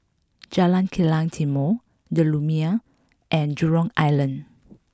Jalan Kilang Timor the Lumiere and Jurong Island